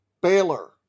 Baylor